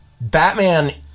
Batman